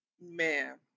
Man